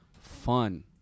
fun